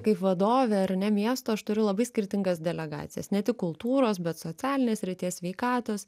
kaip vadovė ar ne miesto aš turiu labai skirtingas delegacijas ne tik kultūros bet socialinės srities sveikatos